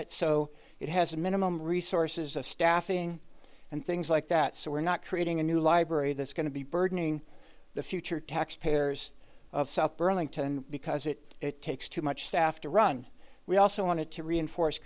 it so it has a minimum resources of staffing and things like that so we're not creating a new library that's going to be burdening the future taxpayers of south burlington because it takes too much staff to run we also want to reinforce